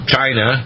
China